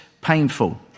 painful